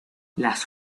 las